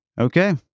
Okay